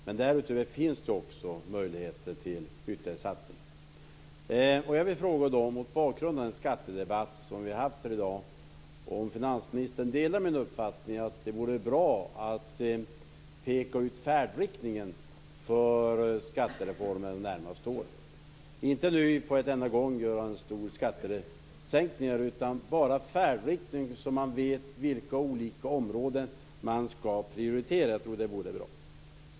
Men därutöver finns också möjligheter till ytterligare satsningar. Mot bakgrund av den skattedebatt som vi haft här i dag vill jag fråga om finansministern delar min uppfattning att det vore bra att peka ut färdriktningen för skattereformen de närmaste åren. Jag menar inte att man nu på en enda gång skall göra stora skattesänkningar, utan att man anger färdriktningen så att man vet vilka olika områden man skall prioritera. Jag tror att det vore bra.